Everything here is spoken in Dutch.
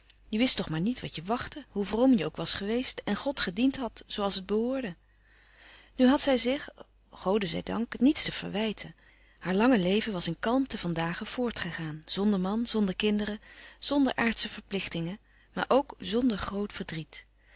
je wist toch maar niet wat je wachtte hoe vroom je ook was geweest en god gediend had zoo als het behoorde nu had zij zich gode zij dank niets te verwijten haar lange leven was in kalmte van dagen voortgegaan zonder man zonder kinderen zonder aardsche verplichtingen maar ook zonder groot verdriet